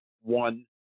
one